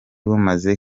bumaze